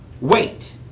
wait